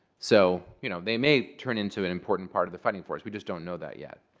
so you know they may turn into an important part of the fighting force. we just don't know that yet.